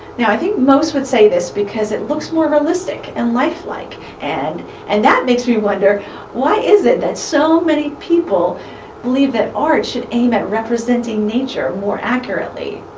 now, i think most would say this because it looks more realistic and lifelike. and and that makes me wonder why is it that so many people believe that art should aim at representing nature more accurately?